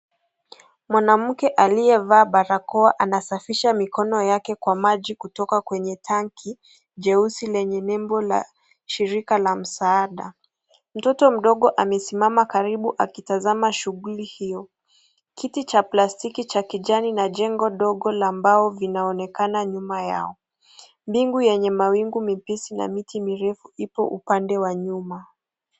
Mwanamke aliyevaa barakoa anasafisha mikono yake kwa maji kutoka kwenye tanki jeusi lenye nembo la shirika la msaada. Mtoto mdogo amesimama karibu akitazama shughuli hiyo. Kiti cha plastiki cha kijani na jengo dogo la mbao vinaonekana nyuma yao. Mbingu yenye mawingu mepesi na miti mirefu ipo upande wa nyuma.